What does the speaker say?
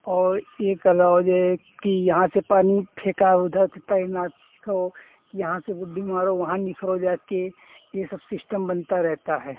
और ये कला कि यहाँ से पानी फेंका उधर से तैरना सीखो यहाँ से बुड्डी मारो वहाँ निखरो जाके ये सब सिस्टम बनता रहता है